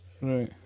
Right